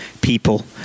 people